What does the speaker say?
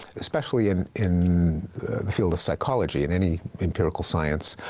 especially in in the field of psychology and any empirical science,